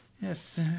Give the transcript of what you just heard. Yes